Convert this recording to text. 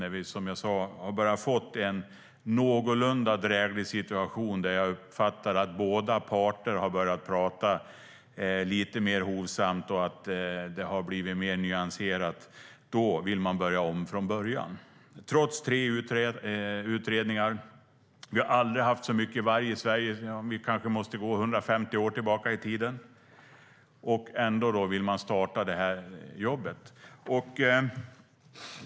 När vi har börjat få en någorlunda dräglig situation, där jag uppfattar att båda parter har börjat prata lite mer hovsamt och det har blivit mer nyanserat, då vill regeringen börja om från början, trots tre utredningar och att vi aldrig har haft så mycket varg i Sverige sedan kanske 150 år tillbaka i tiden. Ändå vill man starta detta jobb.